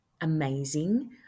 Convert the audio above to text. amazing